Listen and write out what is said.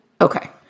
Okay